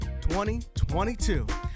2022